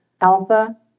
Alpha